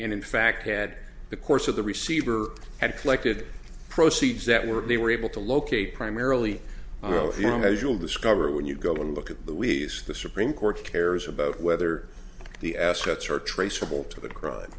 and in fact had the course of the receiver had collected proceeds that were they were able to locate primarily oh well as you'll discover when you go and look at the lease the supreme court cares about whether the assets are traceable to the crime